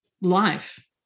life